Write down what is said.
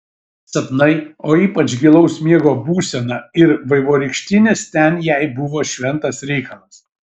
sapnai o ypač gilaus miego būsena ir vaivorykštinis ten jai buvo šventas reikalas